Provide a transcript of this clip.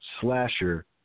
slasher